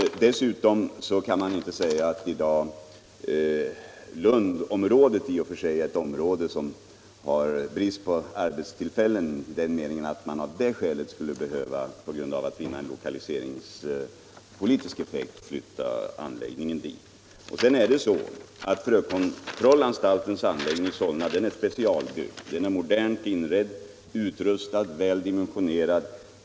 Dessutom kan man inte säga att Lundområdet i dag i och för sig är ett område som har brist på arbetstillfällen i den meningen, att man med hänsyn till lokaliseringspolitiska effekter skulle behöva flytta anläggningen dit. Vidare är det så att frökontrollanstaltens anläggning i Solna är specialbyggd: den är modernt inredd och utrustad samt väl disponerad.